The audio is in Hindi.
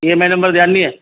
ई एम आई नम्बर ध्यान नहीं है